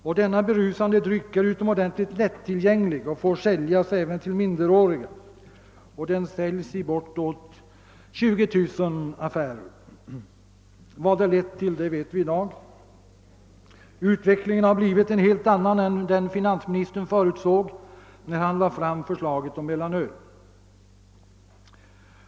Och denna berusande dryck är alltså utomordentligt lättillgänglig och får säljas även till minderåriga. Den försäljs för närvarande i bortåt 20 000 affärer. Vad detta lett till vet vi i dag. Utvecklingen har blivit en helt annan än den finansministern förutsåg när han lade fram förslaget om mellanölet.